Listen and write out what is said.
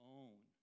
own